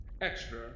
extra